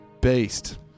Beast